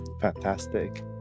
fantastic